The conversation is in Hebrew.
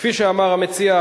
כפי שאמר המציע,